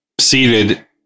seated